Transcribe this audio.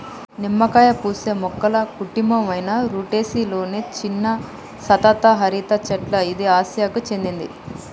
నిమ్మకాయ పూసే మొక్కల కుటుంబం అయిన రుటెసి లొని చిన్న సతత హరిత చెట్ల ఇది ఆసియాకు చెందింది